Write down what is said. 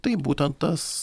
taip būtent tas